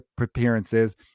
appearances